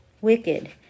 wicked